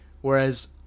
whereas